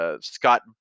Scott